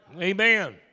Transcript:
Amen